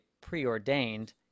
preordained